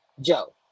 Joe